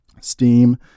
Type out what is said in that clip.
Steam